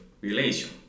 relation